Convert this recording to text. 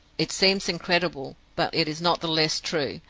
it seems incredible, but it is not the less true,